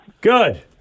Good